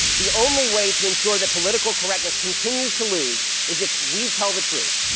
the only way to ensure that political correctness continues to lose is if we tell the truth.